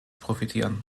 profitieren